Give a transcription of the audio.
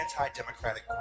anti-democratic